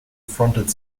fronted